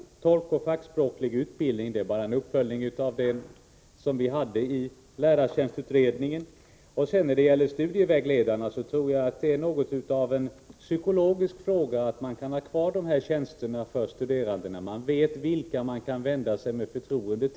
Tolkutbildning och fackspråklig utbildning är bara en uppföljning av det vi föreslog i lärartjänstutredningen. Beträffande studievägledarna tror jag att det är något av en psykologisk fråga att kunna ha kvar dessa tjänster för de studerande. De vet då till vilka de kan vända sig med förtroende.